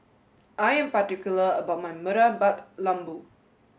I am particular about my Murtabak Lembu